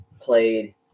played